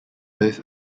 both